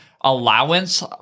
allowance